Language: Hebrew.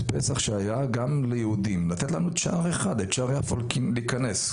צריך לתת לנו שער אחד, את שער יפו, כדי להיכנס.